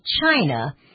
China